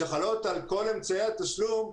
שחלות על כל אמצעי התשלום,